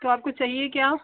तो आपको चाहिए क्या